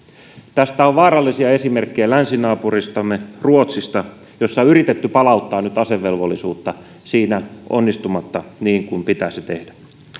tästä on vaarallisia esimerkkejä länsinaapuristamme ruotsista jossa on yritetty palauttaa nyt asevelvollisuutta siinä onnistumatta niin kuin pitäisi tehdä